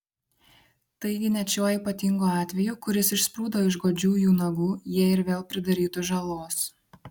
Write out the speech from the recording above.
taigi net šiuo ypatingu atveju kuris išsprūdo iš godžių jų nagų jie ir vėl pridarytų žalos